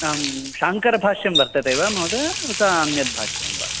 आं शाङ्करभाष्यं वर्तते वा महोदय उत अन्यद्भाष्यं वा